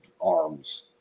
arms